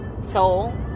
soul